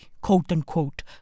quote-unquote